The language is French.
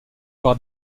par